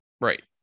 right